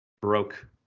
broke